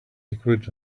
liquid